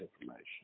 information